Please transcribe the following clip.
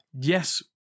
Yes